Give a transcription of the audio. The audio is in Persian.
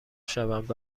شوند